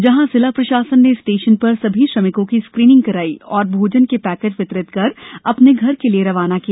यहाँ जिला प्रशासन ने स्टेशन पर सभी श्रमिकों की स्क्रीनिंग कराई और भोजन के पैकेट वितरित कर अपने घर के लिए रवाना किया